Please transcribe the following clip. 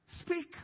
Speak